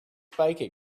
baker